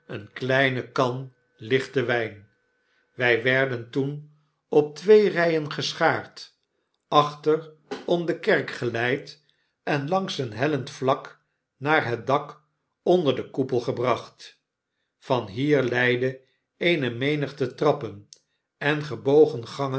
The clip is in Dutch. eene kleine kan lichten wyn wij werden toen op twee ryen geschaard achter om de kerk geleid en langs een hellend vlak naar het dak onder den koepel gebracht van hier leidden eene menigte trappen en gebogen gangen